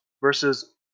Versus